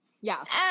Yes